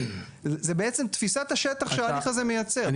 זה בעצם תפיסת השטח שההליך הזה מייצר.